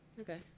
Okay